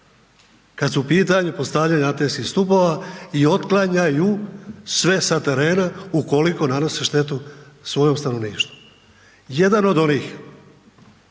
kad su u pitanju postavljanje antenskih stupova i otklanjaju sve sa terena ukoliko nanose štetu svojem stanovništvu. Jedan od onih